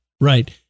right